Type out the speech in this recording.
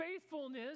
faithfulness